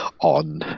on